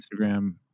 Instagram